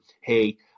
hey